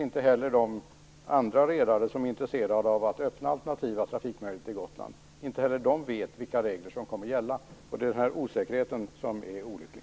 Inte heller de redare som är intresserade av att öppna alternativa trafikmöjligheter till Gotland vet vilka regler som kommer att gälla. Det är denna osäkerhet som är olycklig.